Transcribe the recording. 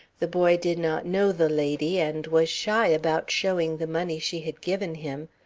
the boy did not know the lady, and was shy about showing the money she had given him,